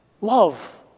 love